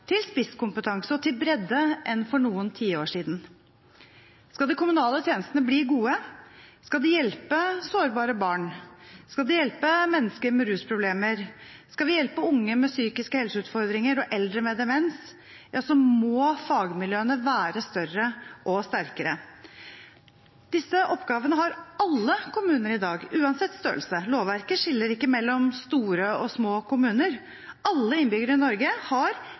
til spisskompetanse og til bredde enn for noen tiår siden. Skal de kommunale tjenestene bli gode, skal de hjelpe sårbare barn, skal de hjelpe mennesker med rusproblemer, skal de hjelpe unge med psykiske helseutfordringer og eldre med demens, må fagmiljøene være større og sterkere. Disse oppgavene har alle kommuner i dag, uansett størrelse. Lovverket skiller ikke mellom store og små kommuner. Alle innbyggere i Norge har,